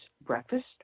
breakfast